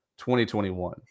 2021